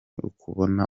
ukubona